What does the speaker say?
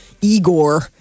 Igor